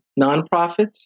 nonprofits